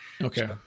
Okay